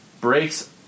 breaks